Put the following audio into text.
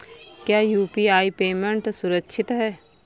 क्या UPI payment सुरक्षित है?